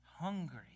hungry